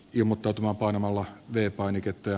timo peltomaa painamalla vie painiketta